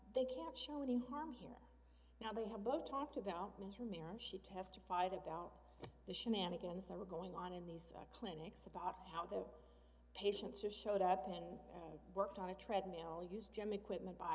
they can't show any harm here now they have both talked about her marriage she testified about the shenanigans that were going on in these clinics about how the patients just showed up and worked on a treadmill used gym equipment by